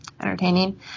Entertaining